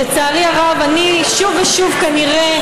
לצערי הרב, אני שוב ושוב, כנראה,